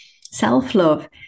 self-love